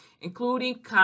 including